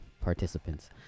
participants